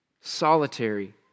solitary